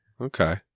Okay